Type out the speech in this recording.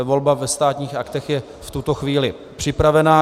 Volba ve Státních aktech je v tuto chvíli připravena.